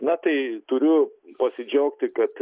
na tai turiu pasidžiaugti kad